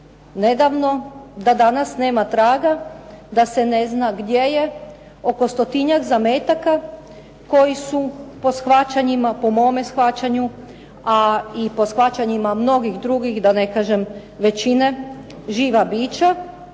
nedavno, da danas nema traga, da se ne zna gdje je 100-tinjak zametaka koji su po shvaćanjima mnogih drugih, da ne kažem većine, živa bića,